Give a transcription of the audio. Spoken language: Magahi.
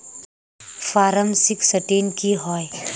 फारम सिक्सटीन की होय?